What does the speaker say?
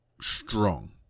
strong